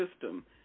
system